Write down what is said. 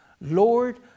Lord